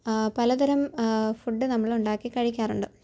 ആ പലതരം ഫുഡ് നമ്മൾ ഉണ്ടാക്കി കഴിക്കാറുണ്ട്